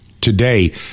Today